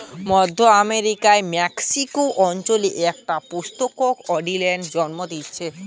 মধ্য আমেরিকার মেক্সিকো অঞ্চলে একটা সুপুষ্পক ডালিয়া জন্মাচ্ছে